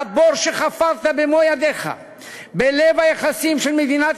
מהבור שחפרת במו-ידיך בלב היחסים של מדינת